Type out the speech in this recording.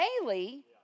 daily